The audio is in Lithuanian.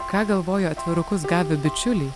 ką galvojo atvirukus gavę bičiuliai